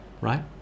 right